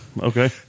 okay